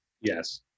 Yes